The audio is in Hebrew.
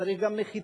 צריך גם מחיצה.